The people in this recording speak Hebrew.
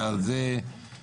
ועל זה סומכים